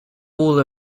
other